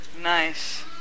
Nice